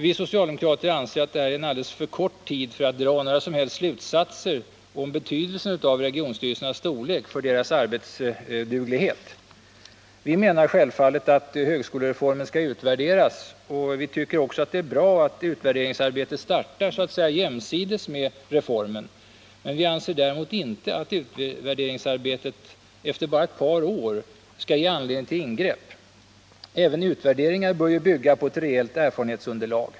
Vi socialdemokrater anser detta vara en alldeles för kort tid för att dra några som helst slutsatser om vilken betydelse regionstyrelsernas storlek har för deras arbetsduglighet. Vi menar självfallet att högskolereformen skall utvärderas. Vi tycker också det är bra att utvärderingsarbetet startar så att säga jämsides med reformen. Vi anser däremot inte att utvärderingsarbetet efter bara ett par år skall ge anledning till ingrepp. Även utvärderingar bör bygga på ett rejält erfarenhetsunderlag.